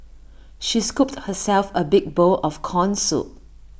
she scooped herself A big bowl of Corn Soup